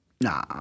Nah